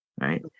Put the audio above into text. right